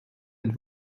êtes